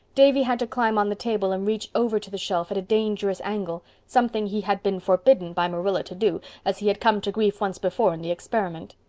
davy had to climb on the table and reach over to the shelf at a dangerous angle. something he had been forbidden by marilla to do, as he had come to grief once before in the experiment.